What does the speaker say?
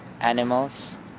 animals